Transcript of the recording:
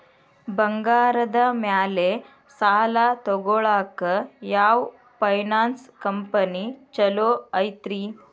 ಬಂಗಾರದ ಮ್ಯಾಲೆ ಸಾಲ ತಗೊಳಾಕ ಯಾವ್ ಫೈನಾನ್ಸ್ ಕಂಪನಿ ಛೊಲೊ ಐತ್ರಿ?